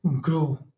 grow